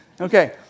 Okay